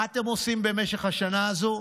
מה אתם עושים במשך השנה הזו?